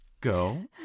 Go